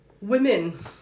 Women